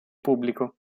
pubblico